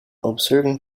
observing